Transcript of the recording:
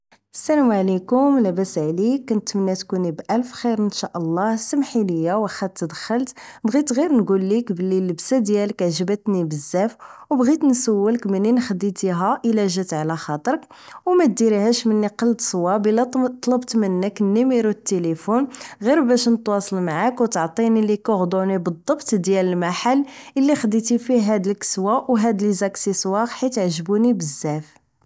السلام عليكم لاباس عليك كنتمنى تكوني بالف خير ان شاء الله سمحيليا وخا تدخلت بغيت غير نكوليك بلي اللبسة ديالك عجباتني بزاف و بغيت نسولك منين خديتيها الا جات على خاطرك و ما ديريهاش مني قلت صواب الا طلبت منك رقم التلفون باش نتواصل معاك و تعطيني ليكوغدوني بالضبط ديال المحال اللي خديتي فيه هاد الكسوة و هاد ليزاكسيسواغ حيت عجبوني بزاف